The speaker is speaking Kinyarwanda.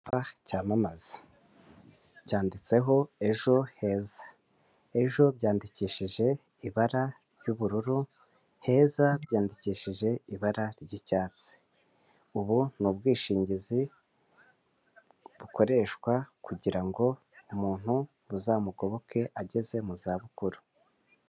Icyapa cyamamaza cyanditseho ejo heza, ejo byandikishije ibara ry'ubururu, heza byandikishije ibara ry'icyatsi. Ubu ni ubwishingizi bukoreshwa kugira ngo umuntu buzamugoboke ageze mu za bukuru.